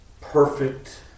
perfect